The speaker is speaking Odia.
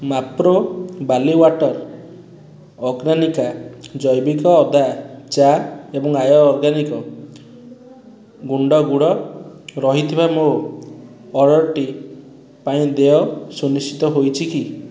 ମାପ୍ରୋ ବାର୍ଲି ୱାଟର୍ ଅର୍ଗାନିକା ଜୈବିକ ଅଦା ଚା' ଏବଂ ଆର୍ୟ ଅର୍ଗାନିକ୍ ଗୁଣ୍ଡ ଗୁଡ଼ ରହିଥିବା ମୋ ଅର୍ଡ଼ର୍ଟି ପାଇଁ ଦେୟ ସୁନିଶ୍ଚିତ ହୋଇଛି କି